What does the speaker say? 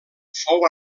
fou